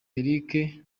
eric